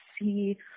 see